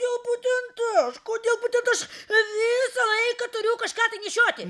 kodėl būtent aš kodėl būtent aš visą laiką turiu kažką tai nešioti